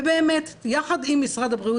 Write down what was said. ובאמת יחד עם משרד הבריאות,